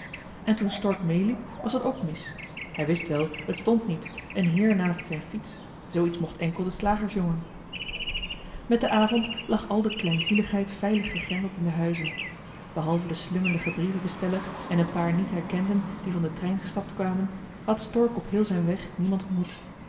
en toen stork mee was opgeloopen was dat ook weêr mis geweest hij wist wel het stond niet een heer naast zijn fiets zoo iets mocht enkel de slagersjongen met den avond lag al de kleinzieligheid veilig gegrendeld in de huizen behalve den slungeligen brievenbesteller en een paar niet herkenden die van den trein gestapt kwamen had stork op heel zijn weg niemand ontmoet